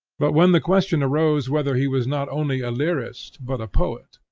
but when the question arose whether he was not only a lyrist but a poet,